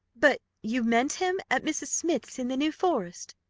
but you met him at mrs. smith's, in the new forest?